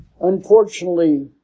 Unfortunately